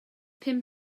pum